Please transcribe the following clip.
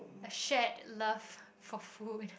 a shared love for food